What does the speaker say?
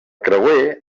creuer